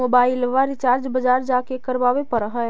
मोबाइलवा रिचार्ज बजार जा के करावे पर है?